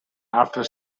after